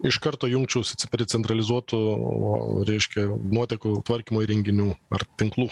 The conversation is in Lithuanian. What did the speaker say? iš karto jungčiaus prie centralizuotų reiškia nuotekų tvarkymo įrenginių ar tinklų